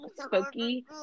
spooky